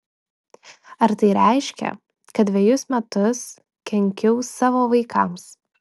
ar tai reiškia kad dvejus metus kenkiau savo vaikams